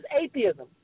atheism